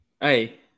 Hey